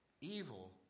Evil